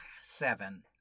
seven